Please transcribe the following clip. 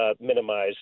minimize